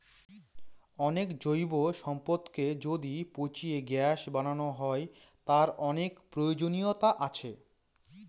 অনেক জৈব সম্পদকে যদি পচিয়ে গ্যাস বানানো হয়, তার অনেক প্রয়োজনীয়তা আছে